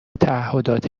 تعهدات